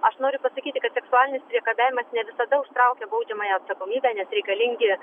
aš noriu pasakyti kad seksualinis priekabiavimas ne visada užtraukia baudžiamąją atsakomybę nes reikalingi